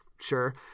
sure